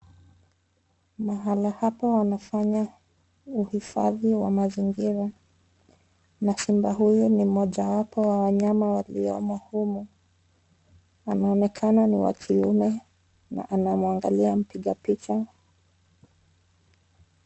Mahala hapa wanafanya uhifadhi wa mazingira. Na simba huyu ni mmojawapo wa wanyama waliomo humu. Anaonekana ni wa kiume na anamwangalia mpiga picha.